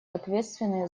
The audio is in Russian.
ответственны